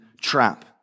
trap